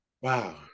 Wow